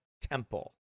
temple